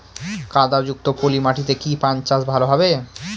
কাদা যুক্ত পলি মাটিতে কি পান চাষ ভালো হবে?